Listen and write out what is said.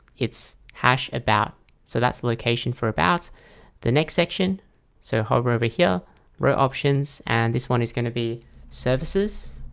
it's hash about so that's the location for about the next section so hover over here row options and this one is going to be services,